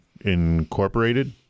incorporated